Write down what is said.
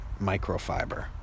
microfiber